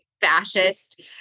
fascist